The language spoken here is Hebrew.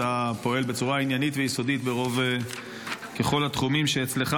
אתה פועל בצורה עניינית ויסודית בכל התחומים שאצלך.